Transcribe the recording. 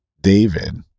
David